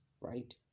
Right